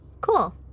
Cool